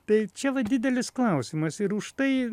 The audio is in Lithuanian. tai čia va didelis klausimas ir už tai